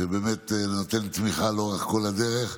שבאמת נותן תמיכה לאורך כל הדרך.